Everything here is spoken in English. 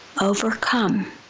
Overcome